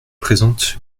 présente